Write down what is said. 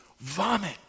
vomit